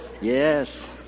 Yes